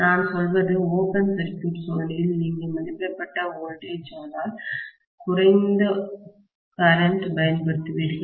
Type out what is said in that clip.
நான் சொல்வது open circuit சோதனையில் நீங்கள் மதிப்பிடப்பட்ட மின்னழுத்தம்வோல்டேஜ் ஆனால் குறைந்த மின்னோட்டம் கரண்ட் பயன்படுத்துவீர்கள்